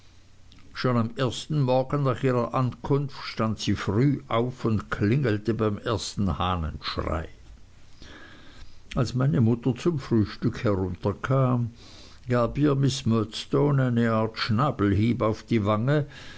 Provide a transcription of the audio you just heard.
schon am ersten morgen nach ihrer ankunft stand sie früh auf und klingelte beim ersten hahnenschrei als meine mutter zum frühstück herunterkam gab ihr miß murdstone eine art schnabelhieb auf die wange